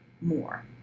more